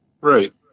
Right